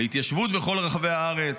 להתיישבות בכל רחבי הארץ,